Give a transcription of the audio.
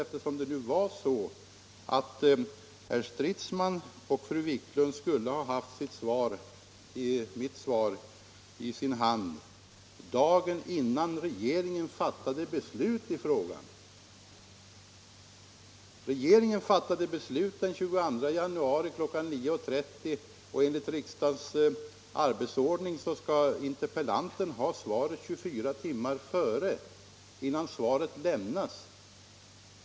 Här var det ju så att herr Stridsman och fru Wiklund skulle ha haft mitt svar i sin hand dagen innan regeringen hade fattat beslut i frågan! Regeringen fattade beslutet den 22 januari kl. 9.30, och enligt riksdagens arbetsordning skall interpellanten ha svaret 24 timmar innan svaret lämnas här i kammaren.